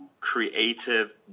creative